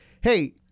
hey